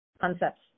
concepts